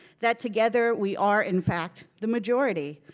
that together we are in fact the majority.